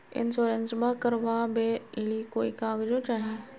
इंसोरेंसबा करबा बे ली कोई कागजों चाही?